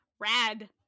Rad